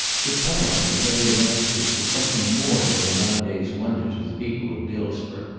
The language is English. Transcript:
the triumph of mary masters was something more than a nine days' wonder to the people of dillsborough.